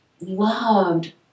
loved